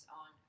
on